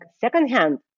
secondhand